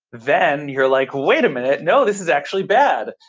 then you're like, wait a minute. no. this is actually bad.